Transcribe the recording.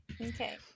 Okay